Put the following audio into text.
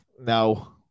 No